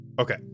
Okay